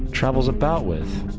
travels about with.